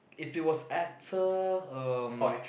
if it was actor um